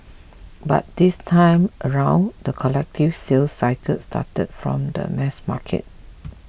but this time around the collective sales cycle started from the mass market